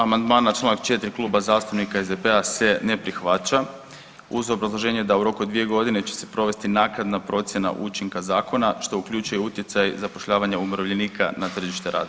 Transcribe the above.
Amandman na čl. 4. Kluba zastupnika SDP-a se ne prihvaća uz obrazloženje da u roku od 2.g. će se provesti naknadna procjena učinka zakona, što uključuje utjecaj zapošljavanja umirovljenika na tržište rada.